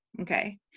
Okay